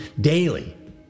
daily